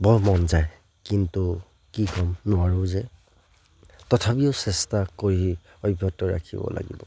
বৰ মন যায় কিন্তু কি ক'ম নোৱাৰোঁ যে তথাপিও চেষ্টা কৰি অব্যাহত ৰাখিব লাগিব